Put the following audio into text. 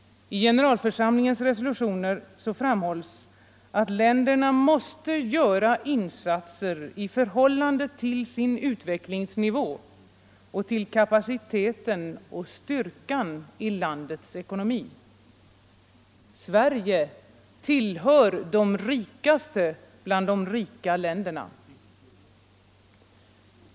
I generalförsamlingens resolutioner framhålls att länderna måste göra insatser i förhållande till sin utvecklingsnivå och till kapaciteten och styrkan i landets ekonomi. Sverige tillhör de rikaste bland de rika länderna.